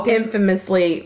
infamously